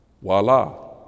voila